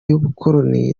y’ubukoloni